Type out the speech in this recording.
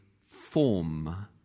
form